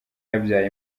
yabyaye